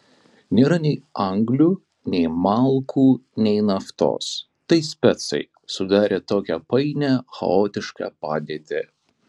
nėra nei anglių nei malkų nei naftos tai specai sudarė tokią painią chaotišką padėtį